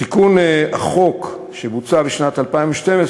בתיקון החוק שבוצע בשנת 2012,